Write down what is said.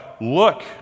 look